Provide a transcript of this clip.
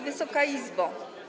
Wysoka Izbo!